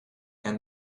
and